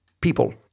people